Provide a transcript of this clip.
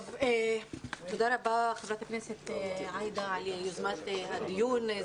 תודה רבה, חברת הכנסת עאידה על יוזמת הדיון.